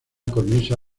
cornisa